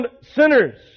sinners